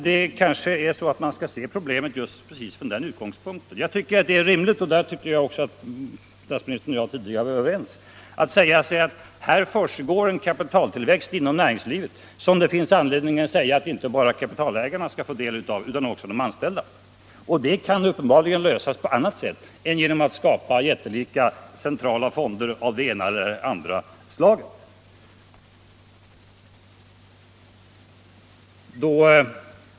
Det försiggår en kapitaltillväxt inom näringslivet som inte bara kapitalägarna utan även de anställda enligt min mening bör få del av. Det problemet kan uppenbarligen lösas på annat sätt än genom att skapa jättelika centrala fonder av det ena eller andra slaget.